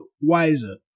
wiser